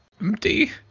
empty